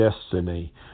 destiny